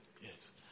Yes